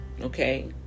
Okay